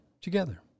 Together